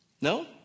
No